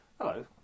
Hello